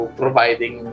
providing